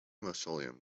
mausoleum